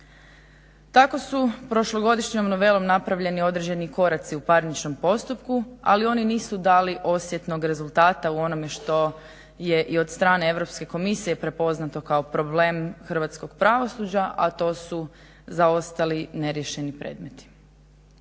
Tako su prošlogodišnjom novelom napravljeni određeni koraci u parničnom postupku, ali oni nisu dali osjetnog rezultata u onome što je i od strane Europske komisije prepoznato kao problem hrvatskog pravosuđa, a to su zaostali neriješeni predmeti.